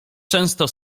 często